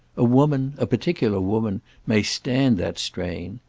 a woman a particular woman may stand that strain.